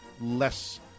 less